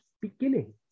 beginning